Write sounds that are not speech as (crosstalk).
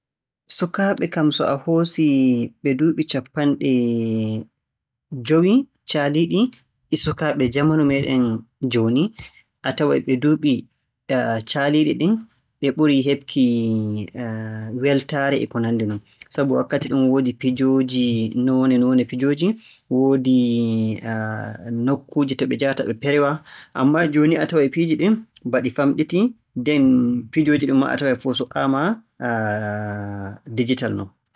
Sukaaɓe kam so a hoosii ɓe duuɓi cappanɗe jowi caaliiɗi e sukaaɓe jamanu meeɗen jooni, a taway ɓe duuɓi (hesitation) caaliiɗi ɗin, ɓe burii heɓki (hesitation) weltaare e ko nanndi non. Sabu wakkati ɗum woodi pijooji noone-noone pijooji. Wooodi (hesitation) nokkuuje to ɓe njahata ɓe peerwa. Ammaa jooni a taway fiiji ba ɗi famɗitii, nden fiiji ɗin fuu so"aama dijital non.